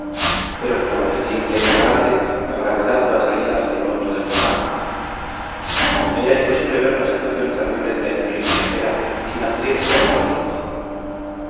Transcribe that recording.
pero como la pendiente era grande la gravedad lo atraía hacia lo hondo del barranco me era imposible ver la situación terrible de la infeliz viajera sin acudir pronto a su socorro